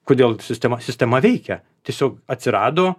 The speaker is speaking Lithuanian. kodėl sistema sistema veikia tiesiog atsirado